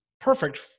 perfect